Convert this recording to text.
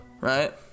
Right